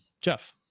Jeff